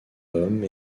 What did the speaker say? homme